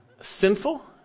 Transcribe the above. sinful